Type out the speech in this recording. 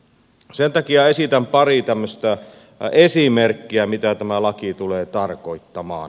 sen takia esitän pari tämmöistä esimerkkiä mitä tämä laki tulee tarkoittamaan